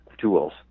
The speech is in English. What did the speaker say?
tools